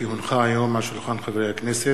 כי הונחה היום על שולחן הכנסת,